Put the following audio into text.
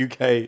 UK